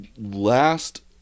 last